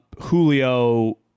Julio